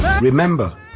Remember